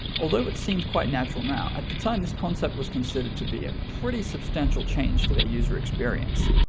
although it seems quite natural now, at the time this concept was considered to be a pretty substantial change to their user experience.